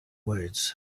words